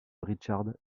richard